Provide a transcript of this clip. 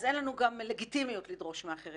אז אין לנו גם לגיטימיות לדרוש מאחרים.